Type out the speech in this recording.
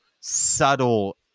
subtle